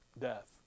Death